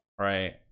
Right